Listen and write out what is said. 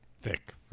thick